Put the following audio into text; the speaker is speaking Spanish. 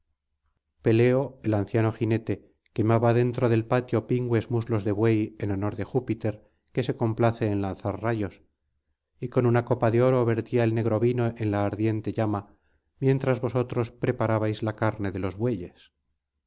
peleo el anciano jinete quemaba dentro del patio pingües muslos de buey en honor de júpiter que se complace en lanzar rayos y con una copa de oro vertía el negro vino en la ardiente llama mientras vosotros preparabais la carne de los bueyes